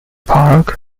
park